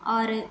ஆறு